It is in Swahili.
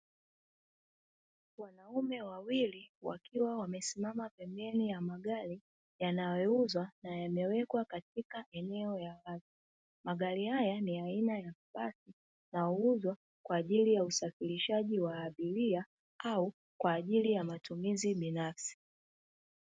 Wanaume wawili wakiwa wamesimama pembeni ya magari yanayouzwa na yamewekwa katika eneo la wazi. Magari haya ni aina ya mabadi na huuzwa kwaajili ya usafirishaji wa abiria au kwaajili ya usafiri binafsi.